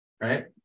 right